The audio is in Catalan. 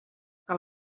que